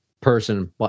person